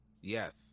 yes